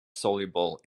soluble